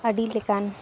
ᱟᱹᱰᱤ ᱞᱮᱠᱟᱱ